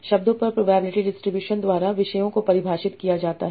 शब्दों पर probability distribution द्वारा विषयों को परिभाषित किया जाता है